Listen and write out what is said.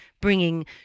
bringing